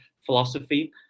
philosophy